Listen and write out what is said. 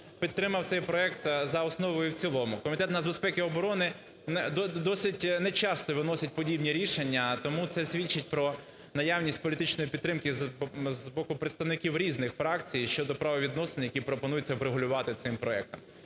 підтримав цей проект за основу і в цілому. Комітет з нацбезпеки і оборони досить нечасто виносить подібні рішення, тому це свідчить про наявність політичної підтримки з боку представників різних фракцій щодо правовідносин, які пропонуються врегулювати цим проектом.